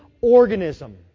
organism